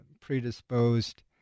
predisposed